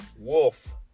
Wolf